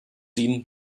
ihn